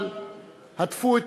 אבל הדפו את